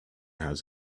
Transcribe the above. has